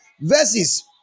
verses